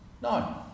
No